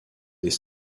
des